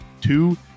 two